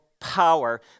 power